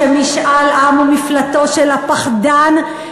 שמשאל עם הוא מפלטו של הפחדן,